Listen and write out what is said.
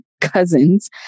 cousins